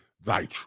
thy